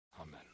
Amen